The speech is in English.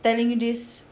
telling you this